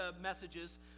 messages